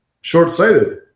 Short-sighted